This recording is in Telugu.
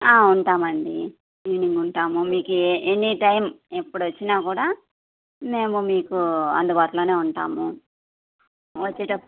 ఉంటామండి ఈవినింగ్ ఉంటాము మీకు ఎనీ టైం ఎప్పుడొచ్చినా కూడా మేము మీకు అందుబాటులోనే ఉంటాము వచ్చేటప్పు